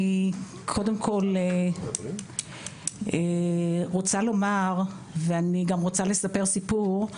אני קודם כל רוצה לומר ואני גם רוצה לספר סיפור,